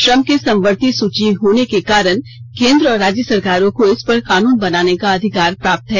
श्रम के समवर्ती सूची में होने के कारण केन्द्र और राज्य सरकारो को इस पर कानून बनाने का अधिकार प्राप्त है